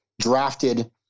drafted